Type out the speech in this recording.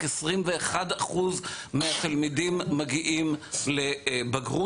רק 21% מהתלמידים מגיעים לבגרות.